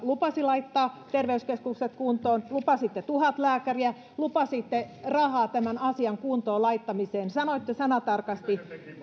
lupasi laittaa terveyskeskukset kuntoon lupasitte tuhat lääkäriä lupasitte rahaa tämän asian kuntoon laittamiseen sanoitte sanatarkasti